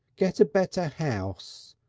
get a better house,